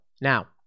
Now